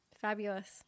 Fabulous